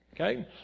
okay